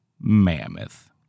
mammoth